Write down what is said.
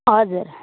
हजुर